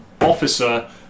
Officer